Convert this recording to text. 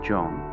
John